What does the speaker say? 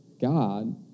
God